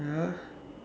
ya